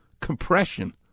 compression